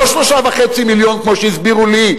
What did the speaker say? לא 3.5 מיליון כמו שהסבירו לי,